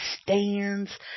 stands